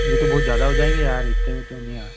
ये तो बहुत ज़्यादा हो जाएंगे यार इत्ते में तो नहीं यार